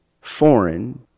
foreign